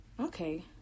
Okay